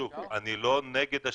שוב, אני לא נגד השימוש.